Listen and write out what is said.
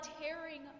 tearing